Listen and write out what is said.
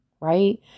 right